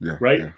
Right